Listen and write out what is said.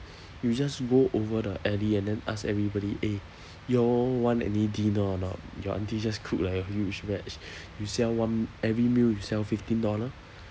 you just go over the alley and then ask everybody eh you all want any dinner or not your auntie just cook like a huge batch you sell one every meal you sell fifteen dollar